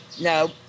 No